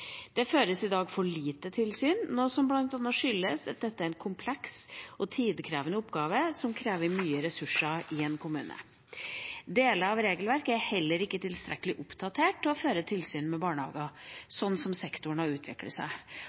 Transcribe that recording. Det føres i dag for lite tilsyn, noe som bl.a. skyldes at dette er en kompleks og tidkrevende oppgave som krever mye ressurser i en kommune. Deler av regelverket er heller ikke tilstrekkelig oppdatert til å føre tilsyn med barnehagene, sånn som sektoren har utviklet seg.